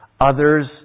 Others